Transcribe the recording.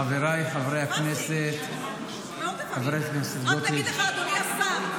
חברת הכנסת גוטליב, אני רוצה לעשות סדר,